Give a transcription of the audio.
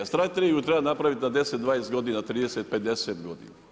Strategiju treba napraviti za 10, 20 godina, 30, 50 godina.